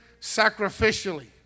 sacrificially